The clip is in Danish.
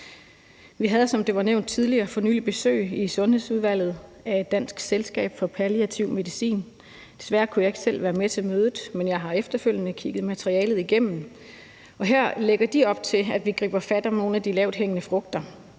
Vi havde, som det blev nævnt tidligere, for nylig besøg i Sundhedsudvalget af Dansk Selskab for Palliativ Medicin. Desværre kunne jeg ikke selv være med til mødet, men jeg har efterfølgende kigget materialet igennem, og heri lægger de op til, at vi griber fat om nogle af de lavthængende frugter.